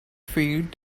feed